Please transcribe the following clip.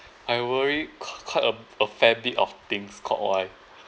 I worry qu~ quite a a fair bit of things called why